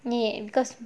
ya because